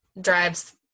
drives